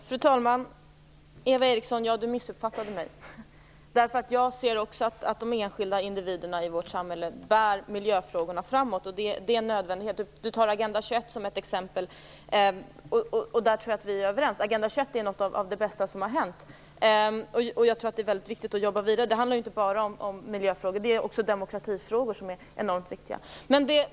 Fru talman! Ja, Eva Eriksson missuppfattade mig. Jag ser också att de enskilda individerna i vårt samhälle driver miljöfrågorna framåt, och det är en nödvändighet. Eva Eriksson tar Agenda 21 som exempel, och här tror jag att vi är överens. Agenda 21 är något av det bästa som har hänt. Här är det väldigt viktigt att jobba vidare. Det handlar ju inte bara om miljöfrågor utan också om demokratifrågor, som är enormt viktiga.